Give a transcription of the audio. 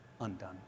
undone